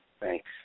thanks